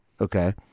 okay